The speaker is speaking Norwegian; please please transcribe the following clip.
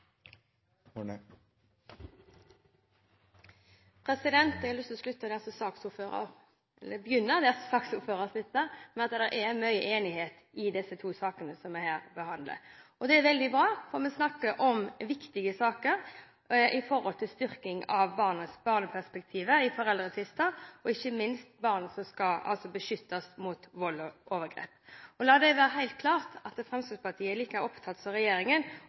mye enighet i disse to sakene som vi her behandler. Det er veldig bra, for vi snakker om viktige saker – om styrking av barneperspektivet i foreldretvister og ikke minst om barn som skal beskyttes mot vold og overgrep. La det være helt klart at Fremskrittspartiet er like opptatt som regjeringen